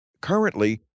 currently